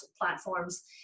platforms